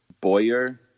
Boyer